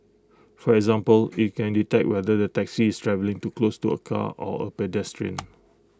for example IT can detect whether the taxi is travelling too close to A car or A pedestrian